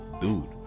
dude